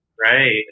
Right